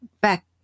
back